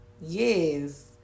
Yes